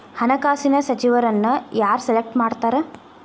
ಹಣಕಾಸಿನ ಸಚಿವರನ್ನ ಯಾರ್ ಸೆಲೆಕ್ಟ್ ಮಾಡ್ತಾರಾ